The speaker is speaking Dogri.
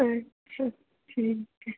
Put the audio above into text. अच्छा ठीक ऐ